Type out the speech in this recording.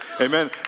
Amen